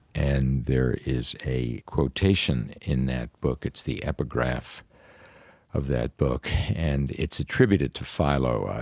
and there is a quotation in that book. it's the epigraph of that book, and it's attributed to philo.